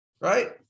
right